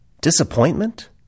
disappointment